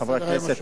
חברי הכנסת,